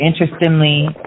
interestingly